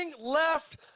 left